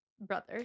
brother